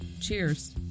Cheers